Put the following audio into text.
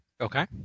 Okay